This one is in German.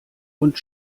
und